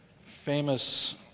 famous